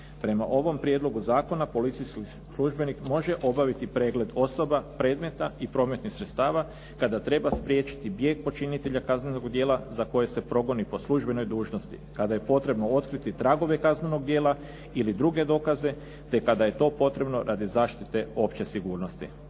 Prema ovom prijedlogu zakona policijski službenik može obaviti pregled osoba, predmeta i prometnih sredstava kada treba spriječiti bijeg počinitelja kaznenog djela za koje se progoni po službenoj dužnosti, kada je potrebno otkriti tragove kaznenog djela ili druge dokaze te kada je to potrebno radi zaštite opće sigurnosti.